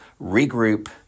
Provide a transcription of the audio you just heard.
regroup